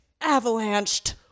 avalanched